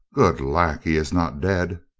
good lack, he is not dead?